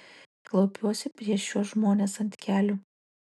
klaupiuosi prieš šiuos žmones ant kelių